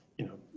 you know,